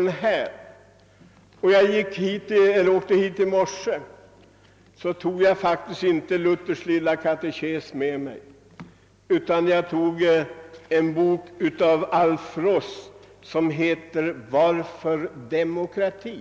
När jag åkte hit i morse tog jag faktiskt inte Luthers Lilla katekes med mig utan tog en bok av Alf Ross som heter »Varför demokrati?»